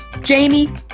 Jamie